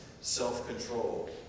self-control